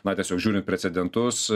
na tiesiog žiūri precedentus